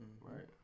right